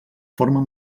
formen